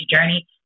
journey